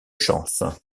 chance